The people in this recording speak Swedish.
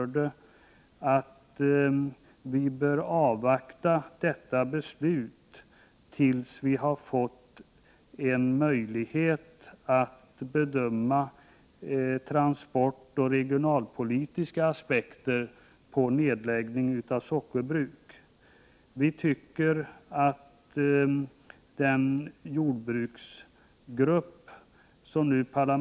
Riksdagen bör när det gäller detta beslut avvakta tills det finns möjligheter att bedöma 14 de transportoch regionalpolitiska aspekterna på en nedläggning av socker bruk. Den parlamentariskt sammansatta jordbruksgrupp som skall försöka — Prot.